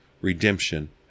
redemption